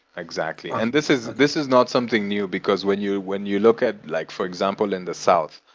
exactly. and this is this is not something new, because when you when you look at like for example, in the south,